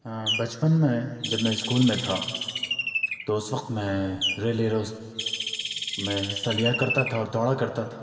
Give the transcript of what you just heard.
ہاں بچپن میں جب میں اسکول میں تھا تو اس وقت میں ریل ے ریس میں حصہ لیا کرتا تھا اور دوڑا کرتا تھا